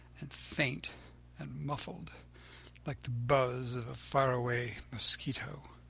and faint and muffled like the buzz of a far-away mosquito.